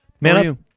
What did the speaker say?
Man